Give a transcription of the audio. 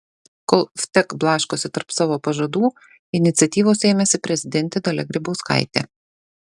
kol vtek blaškosi tarp savo pažadų iniciatyvos ėmėsi prezidentė dalia grybauskaitė